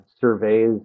surveys